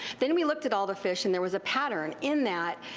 then we looked at all the fish and there was a pattern in that.